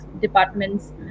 departments